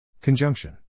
Conjunction